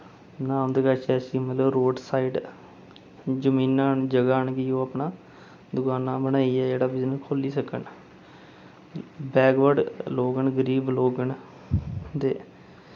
ना उं'दे कच्छ ऐसी मतलब रोड़साइड जमीनां न जगहां न कि ओह् अपना दुकानां बनाइयै जेह्ड़ा बिजनेस खोली सकन बैकवर्ड लोक न गरीब लोक न ते